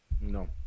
No